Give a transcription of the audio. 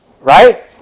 Right